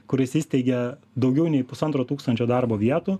kuris įsteigė daugiau nei pusantro tūkstančio darbo vietų